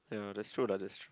ya that's true lah that's true